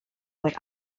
would